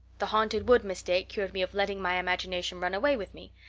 the haunted wood mistake cured me of letting my imagination run away with me.